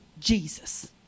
Jesus